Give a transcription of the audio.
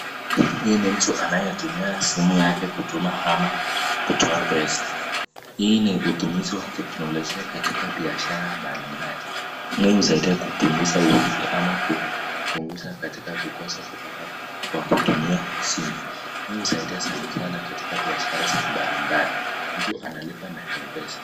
Huyu ni mtu anaye tumia simu yake kutuma ama kutoa pesa, hii ni utumizi wa teknologia katika biashara mbalimbali, hii husaidia kupunguza wizi ama kupunguza katika kupata pesa kwa kutumia simu, hii husaidia sanasana katika biashara za mbalimbali, mtu analipa na M-pesa .